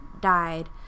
died